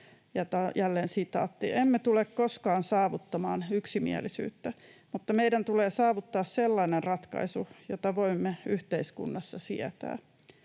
Raimo Lahtea: ”Emme tule koskaan saavuttamaan yksimielisyyttä, mutta meidän tulee saavuttaa sellainen ratkaisu, jota voimme yhteiskunnassa sietää.”